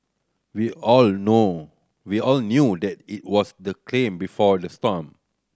we all know we all knew that it was the calm before the storm